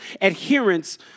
adherence